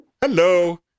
hello